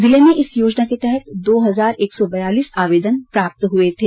जिले में इस योजना के तहत दो हजार एक सौ बयालीस आवेदन प्राप्त हुए थे